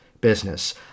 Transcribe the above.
business